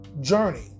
journey